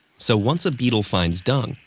so once a beetle finds dung,